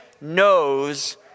knows